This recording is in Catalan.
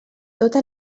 tota